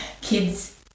kids